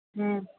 हूँ